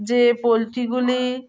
যে পোলট্রিগুলি